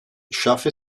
schaffe